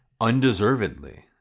undeservedly